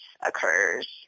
occurs